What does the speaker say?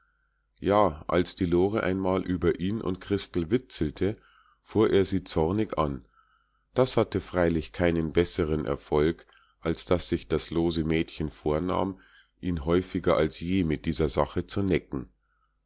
ja als die lore einmal über ihn und christel witzelte fuhr er sie zornig an das hatte freilich keinen besseren erfolg als daß sich das lose mädchen vornahm ihn häufiger als je mit dieser sache zu necken